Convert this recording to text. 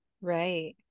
right